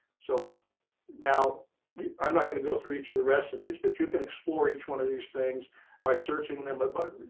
so now i'm not going to go through each of the rest of these. but you can explore each one of these things by searching them a button.